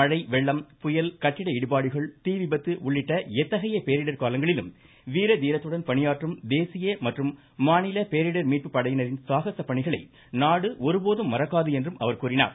மழை வெள்ளம் புயல் கட்டிட இடிபாடுகள் தீ விபத்து உள்ளிட்ட எத்தகைய பேரிடர் காலங்களிலும் வீர தீரத்துடன் பணியாற்றும் தேசிய மற்றும் மாநில பேரிடர் மீட்புப் படையினரின் சாகச பணிகளை நாடு ஒருபோதும் மறக்காது என்றும் அவர் கூறினார்